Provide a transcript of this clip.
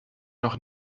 noch